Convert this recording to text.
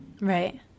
Right